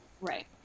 Right